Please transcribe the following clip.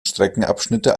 streckenabschnitte